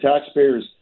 taxpayers